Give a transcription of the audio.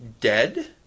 dead